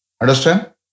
Understand